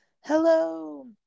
hello